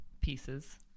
pieces